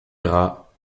grads